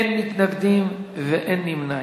אין מתנגדים, אין נמנעים.